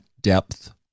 depth